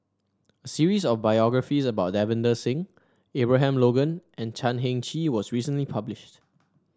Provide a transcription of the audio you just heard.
series of biographies about Davinder Singh Abraham Logan and Chan Heng Chee was recently published